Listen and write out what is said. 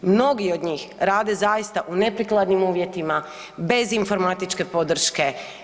Mnogi od njih rade zaista u neprikladnim uvjetima bez informatičke podrške.